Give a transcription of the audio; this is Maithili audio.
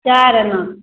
चारि आना